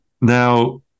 Now